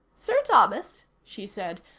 sir thomas, she said.